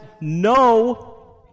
no